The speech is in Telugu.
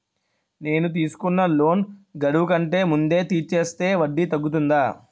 నేను తీసుకున్న లోన్ గడువు కంటే ముందే తీర్చేస్తే వడ్డీ తగ్గుతుందా?